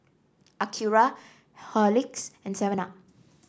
Acura Horlicks and Seven Up